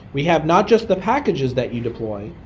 we have not just the packages that you deploy,